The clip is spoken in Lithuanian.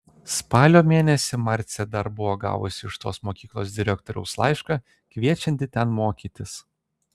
spalio mėnesį marcė dar buvo gavusi iš tos mokyklos direktoriaus laišką kviečiantį ten mokytis